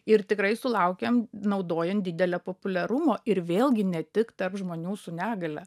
ir tikrai sulaukėm naudojant didelio populiarumo ir vėlgi ne tik tarp žmonių su negalia